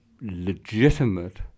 legitimate